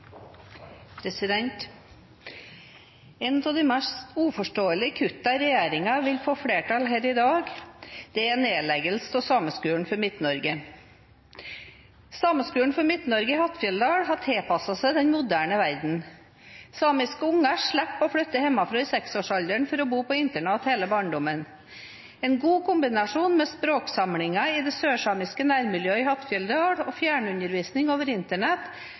av de mest uforståelige kuttene regjeringen vil få flertall for her i dag, er nedleggelse av Sameskolen for Midt-Norge. Sameskolen for Midt-Norge, Hattfjelldal, har tilpasset seg den moderne verden. Samiske barn slipper å flytte hjemmefra i seksårsalderen for å bo på internat hele barndommen. En god kombinasjon av språksamlingene i det sørsamiske nærmiljøet i Hattfjelldal og fjernundervisning over Internett,